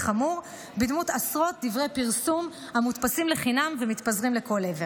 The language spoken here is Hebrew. חמור בדמות עשרות דברי פרסום המודפסים לחינם ומתפזרים לכל עבר.